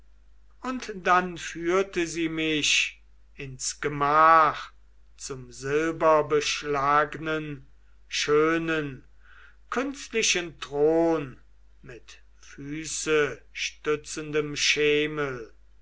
und dann führte sie mich ins gemach zum silberbeschlagnen schönen künstlichen thron mit füßestützendem schemel